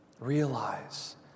Realize